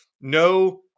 no